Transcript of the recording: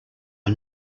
are